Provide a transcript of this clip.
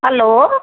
hello